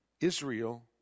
Israel